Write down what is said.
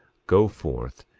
go forth,